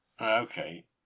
Okay